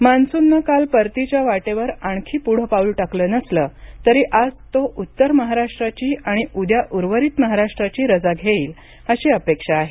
हवामान मान्सूननं काल परतीच्या वाटेवर आणखी पुढे पाऊल टाकलं नसलं तरी आज तो उत्तर महाराष्ट्राची आणि उद्या उर्वरित महाराष्ट्राची रजा घेईल अशी अपेक्षा आहे